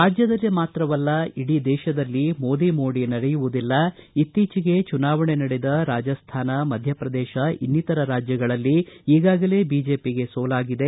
ರಾಜ್ಯದಲ್ಲಿ ಮಾತ್ರವಲ್ಲ ಇಡೀ ದೇಶದಲ್ಲಿ ಮೋದಿ ಮೋಡಿ ನಡೆಯುವುದಿಲ್ಲ ಇತ್ತೀಚಿಗೆ ಚುನಾವಣೆ ನಡೆದ ರಾಜಾಸ್ಟಾನ ಮಧ್ಯಪ್ರದೇಶ ಇನ್ನಿತರ ರಾಜ್ಯಗಳಲ್ಲಿ ಈಗಾಗಲೇ ಬಿಜೆಪಿಗೆ ಸೋಲಾಗಿದೆ